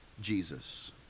Jesus